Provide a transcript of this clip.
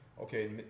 Okay